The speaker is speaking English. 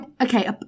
okay